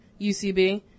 UCB